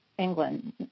England